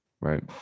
Right